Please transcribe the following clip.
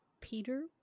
Peter